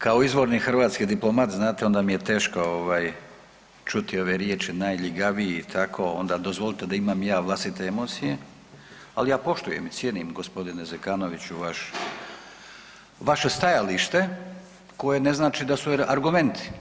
kao izvorni hrvatski diplomat, znate, onda mi je teško ovaj, čuti ove riječi najljigaviji i tako, onda dozvolite da imam i ja vlastite emocije, ali ja poštujem i cijenim, g. Zekanoviću vaše stajalište koje ne znači da su argumenti.